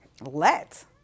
Let